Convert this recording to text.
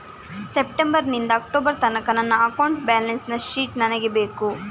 September ನಿಂದ October ತನಕ ನನ್ನ ಅಕೌಂಟ್ ಬ್ಯಾಲೆನ್ಸ್ ಶೀಟ್ ನನಗೆ ಬೇಕು